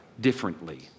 differently